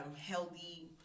healthy